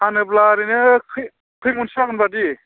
फानोब्ला ओरैनो खोय खोयमनसो जागोनबादि